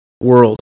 world